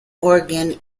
oregon